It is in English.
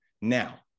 Now